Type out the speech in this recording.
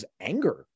anger